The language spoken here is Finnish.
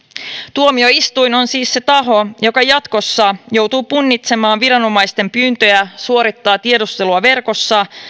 tuomioistuin on siis se taho joka jatkossa joutuu punnitsemaan viranomaisten pyyntöjä suorittaa tiedustelua verkossa